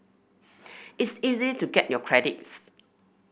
it's easy to get your credits